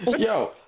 Yo